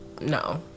no